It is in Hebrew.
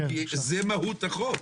וזה מהות החוק.